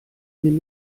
nimm